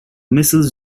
missiles